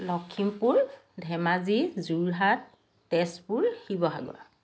Lakhimpur Dhemaji Jorhat Tezpur Sivasagar